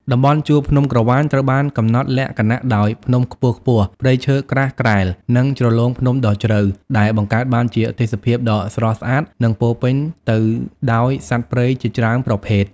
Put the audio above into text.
តំបន់ជួរភ្នំក្រវាញត្រូវបានកំណត់លក្ខណៈដោយ ភ្នំខ្ពស់ៗ ព្រៃឈើក្រាស់ក្រែល និងជ្រលងភ្នំដ៏ជ្រៅ ដែលបង្កើតបានជាទេសភាពដ៏ស្រស់ស្អាត និងពោរពេញទៅដោយសត្វព្រៃជាច្រើនប្រភេទ។